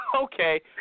Okay